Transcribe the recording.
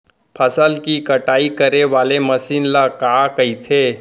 फसल की कटाई करे वाले मशीन ल का कइथे?